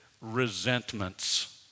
resentments